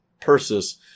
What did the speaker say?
Persis